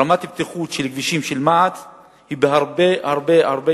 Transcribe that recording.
רמת הבטיחות של כבישים של מע"צ היא הרבה הרבה הרבה